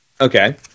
Okay